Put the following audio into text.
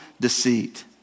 deceit